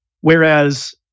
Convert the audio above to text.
Whereas